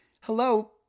Hello